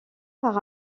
par